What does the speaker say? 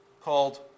Called